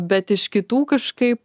bet iš kitų kažkaip